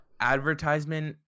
advertisement